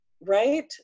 Right